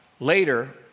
Later